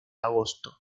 agosto